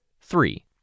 three